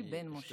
בן משה.